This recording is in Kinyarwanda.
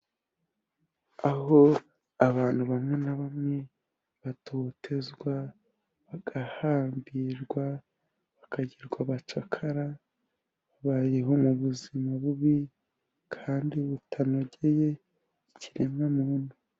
Aho abantu bamwe na bamwe batotezwa, bagahambirwa, bakagirwa abacakara, babayeho mu buzima bubi kandi butanogeye ikiremwa muntu.